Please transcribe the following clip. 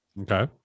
Okay